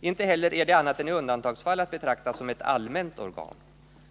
Inte heller är det annat än i undantagsfall att betrakta som ett allmänt organ.